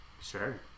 Sure